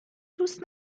دوست